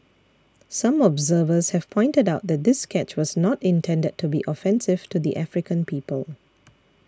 some observers have pointed out that this sketch was not intended to be offensive to the African people